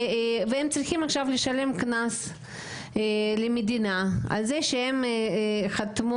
והם צריכים עכשיו לשלם קנס למדינה על זה שהם חתמו